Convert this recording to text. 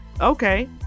okay